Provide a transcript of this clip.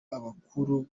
abakuru